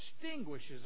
distinguishes